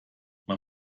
man